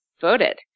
voted